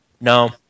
No